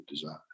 design